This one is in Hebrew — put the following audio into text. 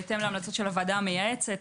בהתאם להמלצות הוועדה המייעצת,